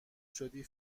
شدی